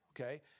okay